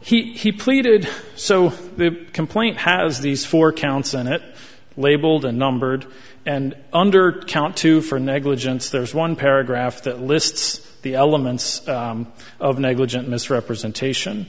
he pleaded so the complaint has these four counts and it labeled a numbered and under count two for negligence there's one paragraph that lists the elements of negligent misrepresentation